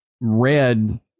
red